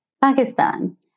Pakistan